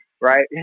right